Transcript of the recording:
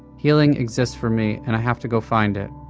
healing exists for me and i have to go find it.